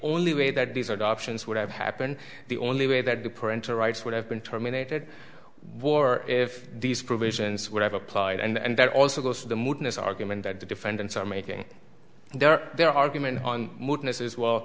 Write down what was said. only way that these are the options would have happened the only way that the parental rights would have been terminated war if these provisions would have applied and that also goes to the mootness argument that the defendants are making their their argument on mootness is well